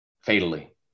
fatally